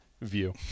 view